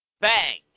Bang